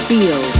Feel